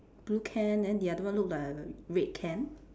blue can then the other one look like a red can